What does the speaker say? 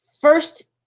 First